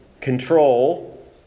control